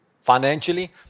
financially